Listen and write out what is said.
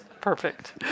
Perfect